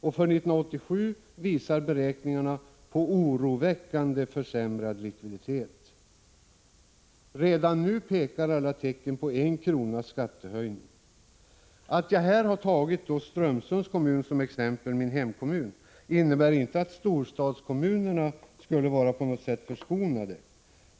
För 1987 visar beräkningarna på oroväckande försämrad likviditet. Redan nu pekar alla tecken på en kronas skattehöjning. Att jag här har tagit Strömsund, min hemkommun, som exempel innebär inte att storstadskommunerna skulle vara på något sätt förskonade.